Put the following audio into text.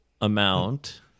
amount